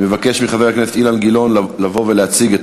אני מבקש מחבר הכנסת אילן גילאון לבוא ולהציג את